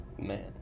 man